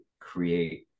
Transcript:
create